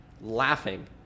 laughing